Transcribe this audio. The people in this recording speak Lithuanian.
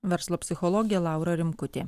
verslo psichologė laura rimkutė